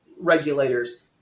regulators